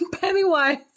Pennywise